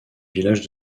village